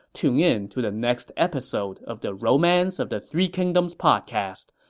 tune in to the next episode of the romance of the three kingdoms podcast.